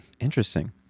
interesting